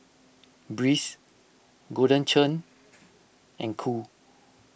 Breeze Golden Churn and Qoo